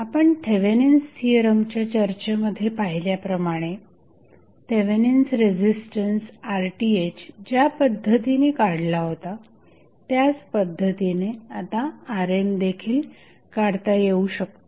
आपण थेवेनिन्स थिअरमच्या चर्चेमध्ये पाहिल्याप्रमाणे थेवेनिन्स रेझिस्टन्स RTh ज्या पद्धतीने काढला होता त्याच पद्धतीने आता RN देखील काढता येऊ शकतो